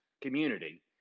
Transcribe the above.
community